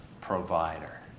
provider